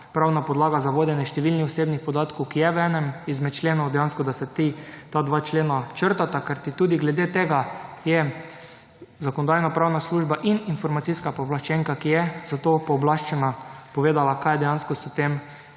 pravna podlaga za vodenje številnih osebnih podatkov, ki je v enem izmed členov, dejansko da se ti, ta 2 člena črtata, kajti tudi glede tega je Zakonodajno-pravna služba in informacijska pooblaščenka, ki je za to pooblaščena, povedala, kaj je dejansko s tem